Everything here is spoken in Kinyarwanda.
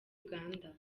uganda